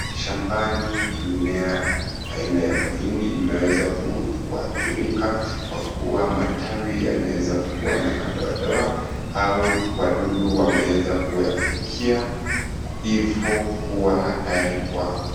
Shambani mimea aina ya mahindi imeweza kuathirika kwa kuwa matawi yameweza kuwa na madoadoa au wadudu wameweza kuyafikia hivo kuwa hatari kwao.